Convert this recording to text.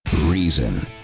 Reason